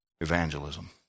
evangelism